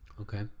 okay